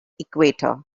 equator